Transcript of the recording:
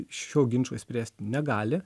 šio ginčo išspręsti negali